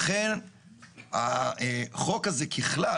לכן החוק הזה ככלל,